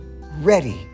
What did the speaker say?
ready